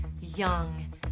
young